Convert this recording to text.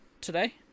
today